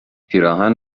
پیراهن